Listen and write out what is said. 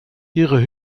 ihre